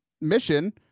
mission